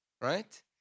right